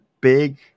big